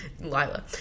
Lila